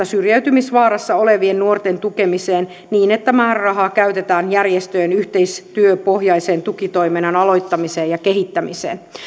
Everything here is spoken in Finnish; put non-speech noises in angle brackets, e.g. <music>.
<unintelligible> syrjäytymisvaarassa olevien nuorten tukemiseen niin että määräraha käytetään järjestöjen yhteistyöpohjaisen tukitoiminnan aloittamiseen ja kehittämiseen